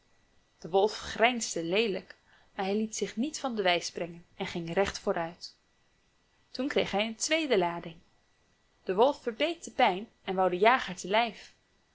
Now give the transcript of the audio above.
de wolf grijnsde leelijk maar hij liet zich niet van de wijs brengen en ging recht vooruit toen kreeg hij een tweede lading de wolf verbeet de pijn en wou den jager te lijf